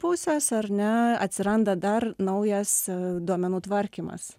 pusės ar ne atsiranda dar naujas duomenų tvarkymas